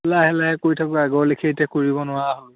লাহে লাহে কৰি থাকোঁ আগৰ লেখীয়া এতিয়া কৰিব নোৱাৰা হ'লোঁ